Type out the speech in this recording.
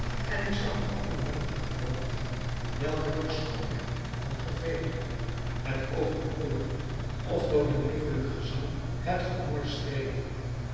en ik zag er alle mogelijke vogelen welke door schoonheid van gevederte het oog bekoren of door hun liefelijk gezang het gehoor streelen